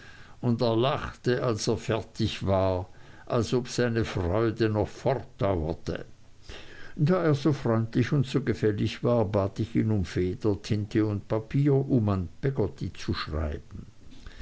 und er lachte als er fertig war als ob seine freude noch fortdauerte da er so freundlich und gefällig war bat ich ihn um feder tinte und papier um an peggotty zu schreiben